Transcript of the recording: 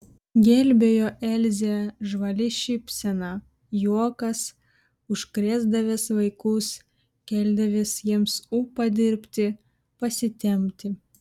gelbėjo elzę žvali šypsena juokas užkrėsdavęs vaikus keldavęs jiems ūpą dirbti pasitempti